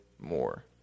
more